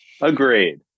Agreed